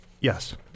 Yes